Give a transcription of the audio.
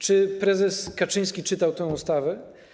Czy prezes Kaczyński czytał tę ustawę?